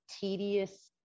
tedious